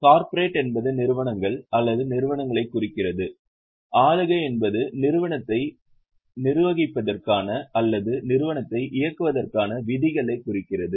corporate என்பது நிறுவனங்கள் அல்லது நிறுவனங்களைக் குறிக்கிறது ஆளுகை என்பது நிறுவனத்தை நிர்வகிப்பதற்கான அல்லது நிறுவனத்தை இயக்குவதற்கான விதிகளைக் குறிக்கிறது